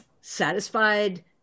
satisfied